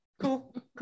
cool